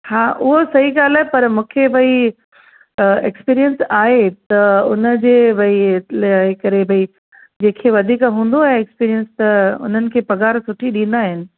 हा उहो सही ॻाल्हि आहे पर मूंखे भई एक्सपीरियंस आहे त उनजे भई लाइ करे भई जंहिंखे वधीक हूंदो आहे एक्सपीरियंस त उन्हनि खे पघार सुठी ॾींदा आहिनि